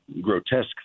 grotesque